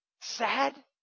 sad